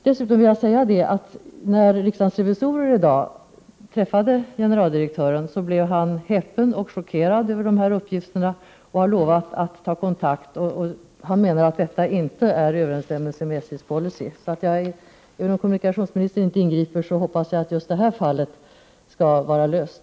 Dessutom vill jag berätta att generaldirektören blev häpen och chockerad över dessa uppgifter när han i dag träffade riksdagens revisorer, och han lovade att ta kontakt. Han menade att detta inte är i överensstämmelse med SJ:s policy. Även om kommunikationsministern inte ingriper, hoppas jag att just detta fall skall bli löst.